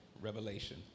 revelation